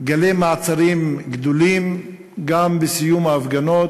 גלי מעצרים גדולים גם בסיום ההפגנות.